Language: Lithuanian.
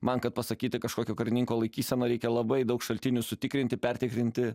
man kad pasakyti kažkokio karininko laikyseną reikia labai daug šaltinių sutikrinti pertikrinti